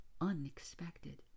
unexpected